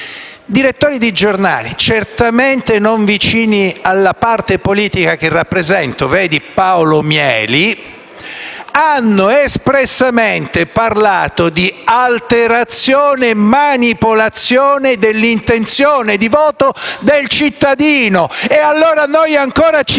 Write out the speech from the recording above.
direttori di giornali, certamente non vicini alla parte politica che rappresento (vedi Paolo Mieli), hanno espressamente parlato di alterazione e manipolazione dell'intenzione di voto del cittadino. Noi ancora ci poniamo